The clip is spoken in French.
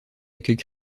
accueil